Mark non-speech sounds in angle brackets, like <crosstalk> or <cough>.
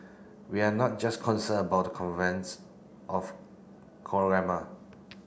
we are not just concerned about the convents of <unintelligible>